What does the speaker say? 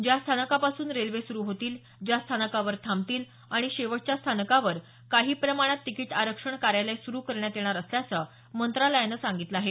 ज्या स्थानकापासून रेल्वे सुरु होतील ज्या स्थानकावर थांबतील आणि शेवटच्या स्थानकावर काही प्रमाणात तिकीट आरक्षण कार्यालय सुरु करण्यात येणार असल्याचं मंत्रालयानं सांगितलं आहे